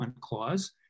clause